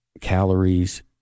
calories